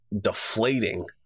deflating